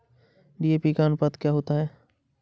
DAP का अनुपात क्या होता है?